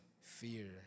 Fear